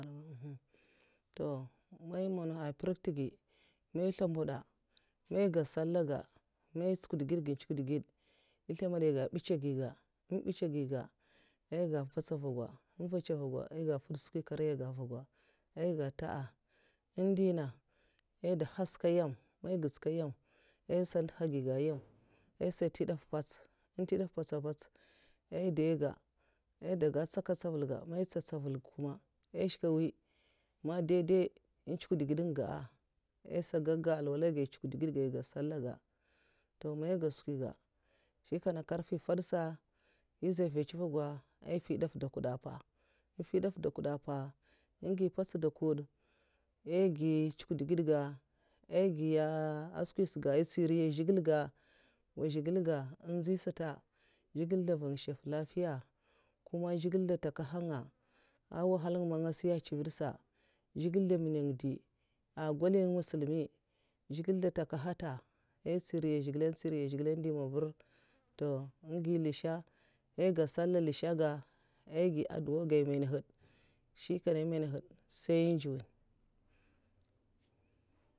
toh mai manahèdg ah mprèk ntègai mai nslèmbada mai ga salah ga man ntsukdugèd nga ntsukdwugèd. èh slèmbad ga è ga mbutsa'giga, èun mbutsa gè aiga mvusta mvugwa, èn mvutsa mvagwa èiga nvud skwi karya èh mvuga èiga nta, ntè na nga ai ga mbuɗz ka nyèm aisa ndèha gèiga nyom aisa ntè ndav mpèts n ntè ndav mpèts, èh dèig, ga èi daga ntsaka ntsèvalga mai ntsa ntsèval kuma ai shkè mwi man daidai ntsukdègèd n ga aisa gaga alwala ga ai tsukdègèd ga èh ga salalah ga ntoh mai ga skwi ga man nkarfè fad sa èh zha mvuch. nvagwa èh mfyi ndaf dokwudè pa, èhn mfyi ndaf dokwuda npa ngi mpèts dokwudè' è gi ntsukdègèd ga èh gi skwisa ga ai ntsiri zhigilè ga nwa zhègilè ga nzi sata zhigilè dan mvan shèf lafiya kuma zhigilè ndè ntaka nga èhn wahala nga man nga siya ncivèd sata zhègilè ndè nwunan dèi èhn agwalinga musulmi zhigilè dè ntèkèhiyatè èhn ntiri zhigilè èhn ndi mvar toh èngi nlèsha'a aiga salah nlèsha ga èhgi addua ga mènahdɗ nshikenan mana nhèd nsai nzwuynè.